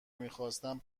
میخواستم